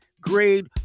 grade